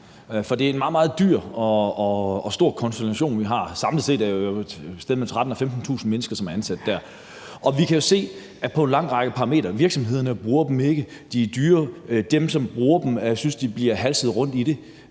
for det er en meget, meget dyr og stor konstellation, vi har. Samlet set er det et sted mellem 13.000 og 15.000 mennesker, som er ansat der. Vi kan jo se på en lang række parametre, at virksomhederne ikke bruger dem, de er dyre, og dem, som bruger dem, synes, de bliver halset rundt i det.